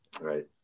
Right